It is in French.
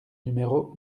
numéro